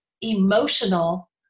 emotional